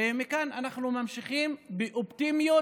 ומכאן אנחנו ממשיכים באופטימיות,